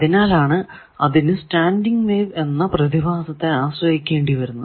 അതിനാലാണ് അതിനു standing wave എന്ന പ്രതിഭാസത്തെ ആശ്രയിക്കേണ്ടി വരുന്നത്